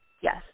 yes